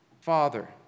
Father